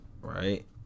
right